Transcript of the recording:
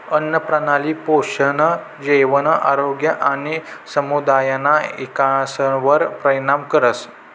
आन्नप्रणाली पोषण, जेवण, आरोग्य आणि समुदायना इकासवर परिणाम करस